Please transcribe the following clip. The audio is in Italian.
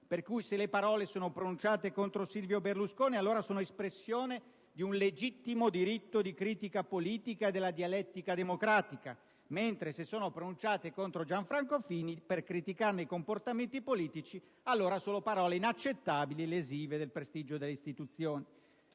per cui se le parole sono pronunciate contro Silvio Berlusconi allora sono espressione di un legittimo diritto di critica politica, nell'ambito della dialettica democratica, mentre se sono pronunciate contro Gianfranco Fini per criticarne i comportamenti politici, allora sono parole inaccettabili, lesive del prestigio delle istituzioni.